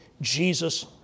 Jesus